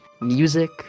music